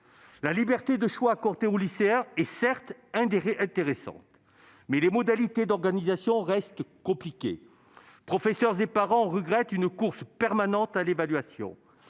La liberté de choix accordée aux lycéens est certes intéressante, mais les modalités d'organisation restent compliquées. Professeurs et parents regrettent une course permanente à l'évaluation.